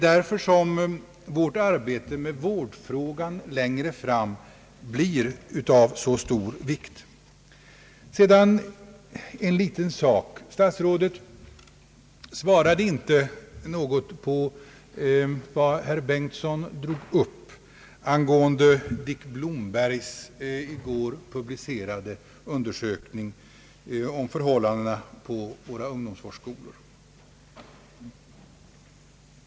Därför blir vårt arbete med vårdfrågan längre fram av stor vikt. Sedan vill jag ta upp en annan fråga. Statsrådet svarade ingenting på vad herr Bengtson drog upp angående Dick Blombergs i går publicerade undersökning om förhållandena på våra ungdomsvårdsskolor.